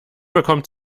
bekommt